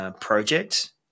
projects